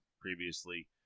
previously